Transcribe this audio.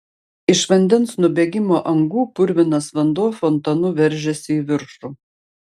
iš vandens nubėgimo angų purvinas vanduo fontanu veržėsi į viršų